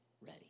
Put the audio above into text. ready